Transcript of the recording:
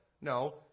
No